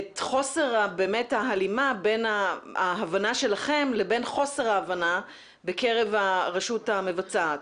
את חוסר ההלימה בין ההבנה שלכם לבין חוסר ההבנה בקרב הרשות המבצעת.